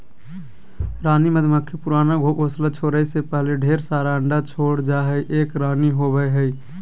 रानी मधुमक्खी पुराना घोंसला छोरै से पहले ढेर सारा अंडा छोड़ जा हई, एक रानी होवअ हई